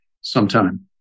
sometime